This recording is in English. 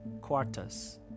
Quartus